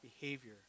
behavior